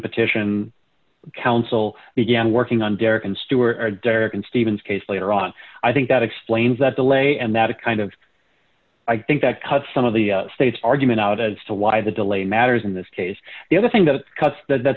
competition council began working on derek and stuart or derek and stephen's case later on i think that explains that delay and that kind of i think that cut some of the state's argument out as to why the delay matters in this case the other thing the cuts that that's